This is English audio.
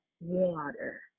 water